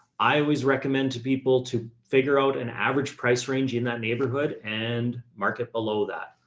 i always recommend to people to figure out an average price range in that neighborhood and market below that.